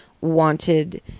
wanted